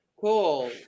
Cool